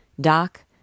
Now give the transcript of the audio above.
Doc